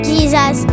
Jesus